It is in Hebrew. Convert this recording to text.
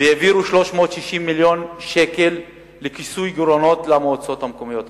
והעבירו 360 מיליון שקל לכיסוי גירעונות למועצות המקומיות הדרוזיות.